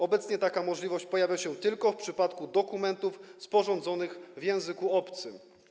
Obecnie taka możliwość pojawia się tylko w przypadku dokumentów sporządzonych w języku obcym.